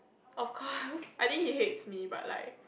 of course I think he hates me but like